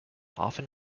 often